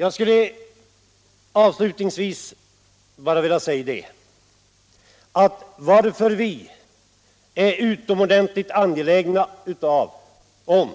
Allmänpolitisk debatt Allmänpolitisk debatt Att vi är utomordentligt angelägna om